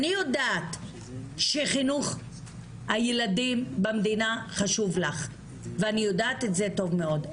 אני יודעת שחינוך הילדים במדינה חשוב לך ואני יודעת את זה טוב מאוד,